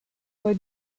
poi